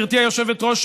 גברתי היושבת-ראש,